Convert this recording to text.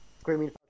Screaming